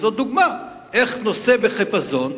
וזאת דוגמה איך נושא עובר בחיפזון,